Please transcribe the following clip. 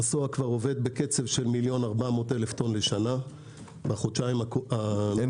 המסוע עובד כבר בקצב של מיליון ו-400,000 טון בשנה בחודשיים- - אין